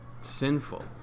sinful